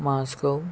Moscow